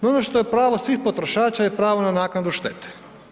No, ono što je pravo svih potrošača je pravo na naknadu štete.